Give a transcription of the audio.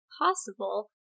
possible